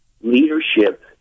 leadership